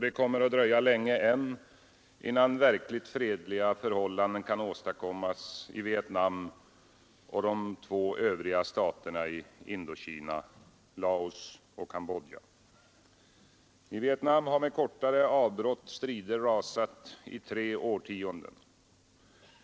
Det kommer att dröja länge än, innan verkligt fredliga förhållanden kan åstadkommas i Vietnam och de två övriga staterna i Indokina, Laos och Kambodja. I Vietnam har med kortare avbrott strider rasat i tre årtionden.